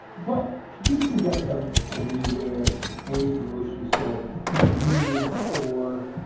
but you can get them anywhere in any grocery store convenience store